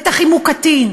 בטח אם הוא קטין,